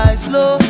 slow